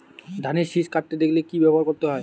ধানের শিষ কাটতে দেখালে কি ব্যবহার করতে হয়?